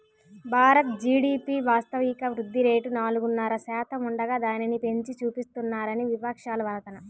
Bharat GDP వాస్తవిక వృద్ధి rate నాలుగున్నర శాతం ఉండగా దానిని పెంచి చూపిస్తున్నారని విపక్షాల వాదన